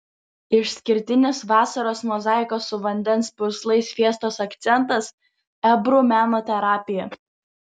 išskirtinis vasaros mozaikos su vandens purslais fiestos akcentas ebru meno terapija